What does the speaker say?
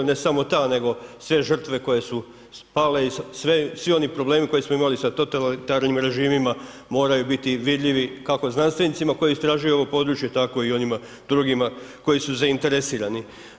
I ne samo ta nego sve žrtve koje su pale i svi oni problemi koje smo imali sa totalitarnim režimima moraju biti vidljivi kako znanstvenicima koji istražuju ovo područje tako i onima drugima koji su zainteresirani.